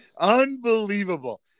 Unbelievable